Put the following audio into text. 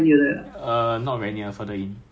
ya depends on traffic depends on traffic